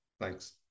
Thanks